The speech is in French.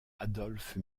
adolf